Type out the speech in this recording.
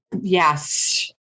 yes